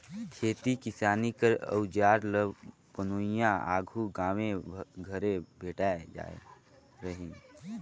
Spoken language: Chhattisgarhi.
खेती किसानी कर अउजार ल बनोइया आघु गाँवे घरे भेटाए जात रहिन